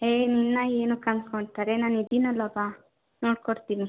ಏಯ್ ನಿನ್ನ ಏನಕ್ಕೆ ಅನ್ಕೊಂತಾರೆ ನಾನಿದ್ದೀನಲ್ಲ ಬಾ ನೋಡ್ಕೊಡ್ತೀನಿ